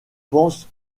pensent